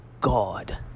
God